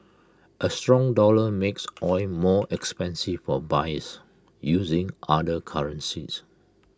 A strong dollar makes oil more expensive for buyers using other currencies